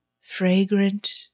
fragrant